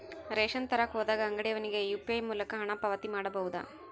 Ration ತರಕ ಹೋದಾಗ ಅಂಗಡಿಯವನಿಗೆ ಯು.ಪಿ.ಐ ಮೂಲಕ ಹಣ ಪಾವತಿ ಮಾಡಬಹುದಾ?